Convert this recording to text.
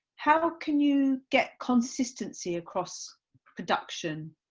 how can you get consistency across production?